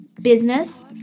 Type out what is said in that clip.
business